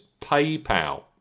PayPal